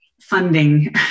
funding